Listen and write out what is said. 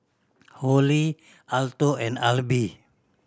Holli Alto and Alby